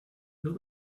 will